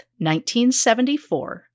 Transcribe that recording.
1974